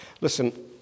listen